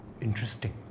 interesting